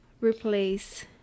Replace